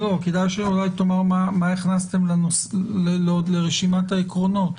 כדאי שתאמר מה הכנסתם לרשימת העקרונות.